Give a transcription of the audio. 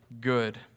good